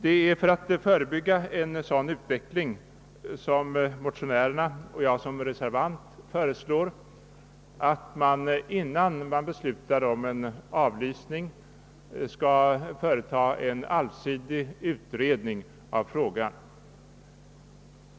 Det är för att förebygga en sådan utveckling som motionärerna och jag såsom reservant föreslår att man, innan man beslutar om avlysning, skall företa en allsidig utredning av frågan.